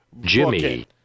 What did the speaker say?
Jimmy